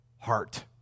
heart